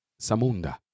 Samunda